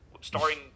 starring